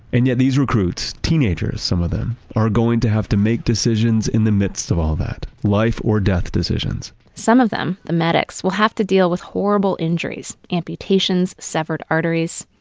and yet these recruits, teenager some of them, are going to have to make decisions in the midst of all that. life or death decisions. some of them, the medics, will have to deal with horrible injuries amputations, severed arteries.